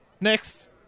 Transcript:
Next